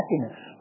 happiness